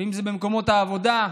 ואם זה במקומות העבודה.